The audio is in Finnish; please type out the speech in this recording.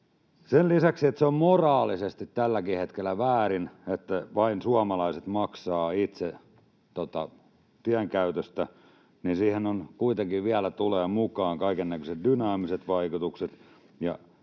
Sen lisäksi, että se on moraalisesti tälläkin hetkellä väärin, että vain suomalaiset maksavat itse tienkäytöstä, niin siihen kuitenkin vielä tulee mukaan kaikennäköiset dynaamiset vaikutukset,